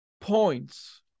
points